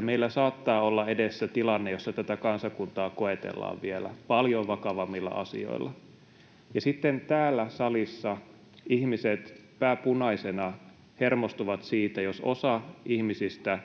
meillä saattaa olla edessä tilanne, jossa tätä kansakuntaa koetellaan vielä paljon vakavammilla asioilla. Ja kun sitten täällä salissa ihmiset pää punaisena hermostuvat siitä, jos osa ihmisistä